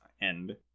end